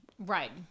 Right